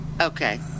okay